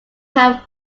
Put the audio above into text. have